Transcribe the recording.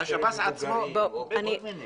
או אסירים מבוגרים, או כל מיני.